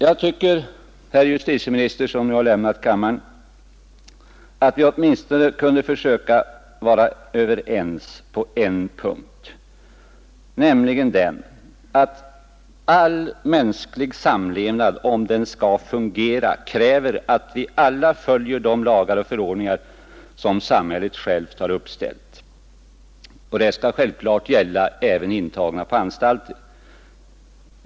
Jag tycker att justitieministern, som nu har lämnat kammaren, och jag kunde försöka vara överens åtminstone på en punkt, nämligen den att all mänsklig samlevnad, om den skall fungera, kräver att vi alla följer de lagar och förordningar som samhället har uppställt. Det skall självklart gälla även för intagna på anstalter.